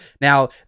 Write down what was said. Now